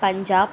Punjab